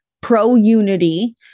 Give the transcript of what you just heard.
pro-unity